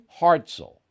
Hartzell